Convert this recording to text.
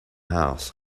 house